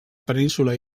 península